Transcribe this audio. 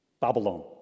Babylon